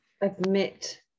admit